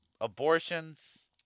abortions